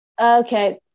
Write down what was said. Okay